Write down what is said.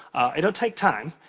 it'll take time.